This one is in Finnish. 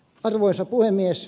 arvoisa puhemies